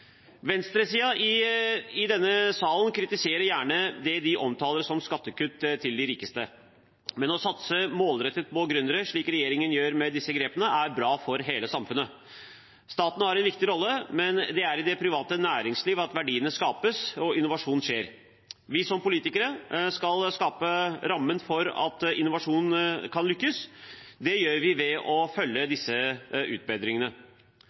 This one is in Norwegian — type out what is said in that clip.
i denne salen kritiserer gjerne det de omtaler som skattekutt til de rikeste, men å satse målrettet på gründere slik regjeringen gjør med disse grepene, er bra for hele samfunnet. Staten har en viktig rolle, men det er i det private næringsliv at verdiene skapes og innovasjon skjer. Vi som politikere skal skape rammen for at innovasjon kan lykkes. Det gjør vi ved å følge disse utbedringene.